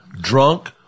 drunk